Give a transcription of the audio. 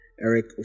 eric